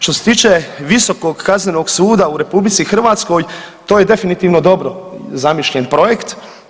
Što se tiče Visokog kaznenog suda u RH to je definitivno dobro zamišljen projekt.